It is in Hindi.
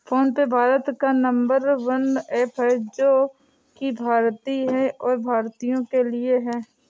फोन पे भारत का नंबर वन ऐप है जो की भारतीय है और भारतीयों के लिए है